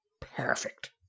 Perfect